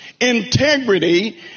integrity